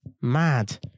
Mad